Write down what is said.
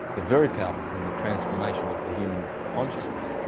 very powerful in transformation of the human consciousness